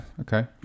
Okay